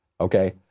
Okay